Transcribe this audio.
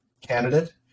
candidate